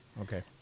Okay